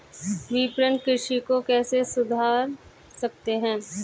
विपणन कृषि को कैसे सुधार सकते हैं?